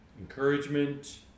encouragement